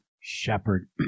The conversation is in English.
shepherd